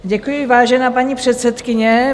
Děkuji, vážená paní předsedkyně.